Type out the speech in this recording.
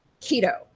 keto